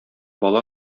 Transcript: бала